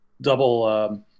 double